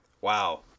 Wow